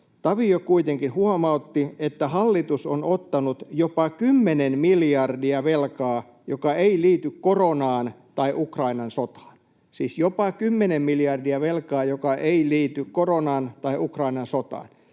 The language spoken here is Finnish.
”Tavio kuitenkin huomautti, että hallitus on ottanut jopa 10 miljardia velkaa, joka ei liity koronaan tai Ukrainan sotaan.” Siis jopa 10 miljardia velkaa, joka ei liity koronaan tai Ukrainan sotaan.